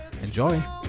enjoy